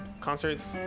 concerts